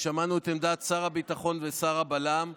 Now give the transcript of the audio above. ושמענו את עמדת שר הביטחון ושר הבל"מ,